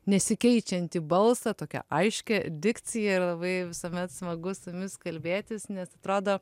nesikeičiantį balsą tokią aiškią dikciją ir labai visuomet smagu su jumis kalbėtis nes atrodo